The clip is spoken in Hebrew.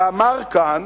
שאמר כאן